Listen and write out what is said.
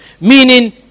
meaning